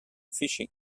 fishing